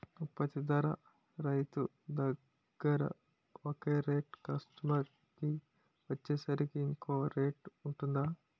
ఉత్పత్తి ధర రైతు దగ్గర ఒక రేట్ కస్టమర్ కి వచ్చేసరికి ఇంకో రేట్ వుంటుందా?